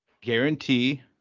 Guarantee